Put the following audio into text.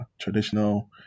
traditional